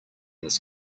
this